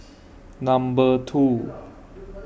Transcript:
Number two